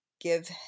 give